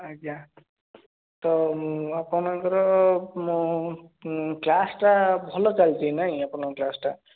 ଆଜ୍ଞା ତ ମୁଁ ଆପଣଙ୍କର ମୁଁ କ୍ଲାସ୍ଟା ଭଲ ଚାଲିଛି ନାଇଁ ଆପଣଙ୍କର କ୍ଲାସ୍ଟା